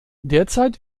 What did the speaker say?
derzeit